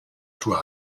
tour